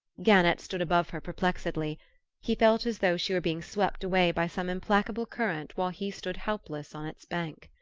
gannett stood above her perplexedly he felt as though she were being swept away by some implacable current while he stood helpless on its bank.